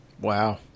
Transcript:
Wow